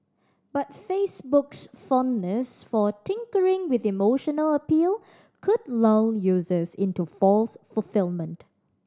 but Facebook's fondness for tinkering with emotional appeal could lull users into false fulfilment